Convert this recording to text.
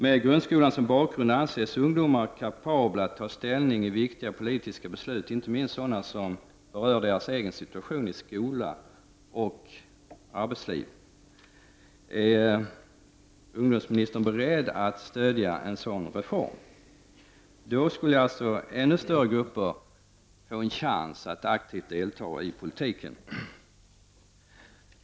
Med grundskolan som bakgrund anses ungdomar kapabla att ta ställning när det gäller viktiga politiska beslut. Inte minst handlar det om sådana beslut som rör ungdomarnas egen situation i såväl skolan som arbetslivet. Är ungdomsministern beredd att stödja en sådan reform? I så fall skulle ännu större grupper få en chans att aktivt delta i politiken.